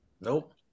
Nope